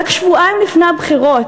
רק שבועיים לפני הבחירות,